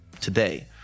today